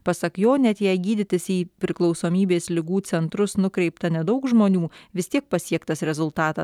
pasak jo net jei gydytis į priklausomybės ligų centrus nukreipta nedaug žmonių vis tiek pasiektas rezultatas